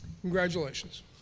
Congratulations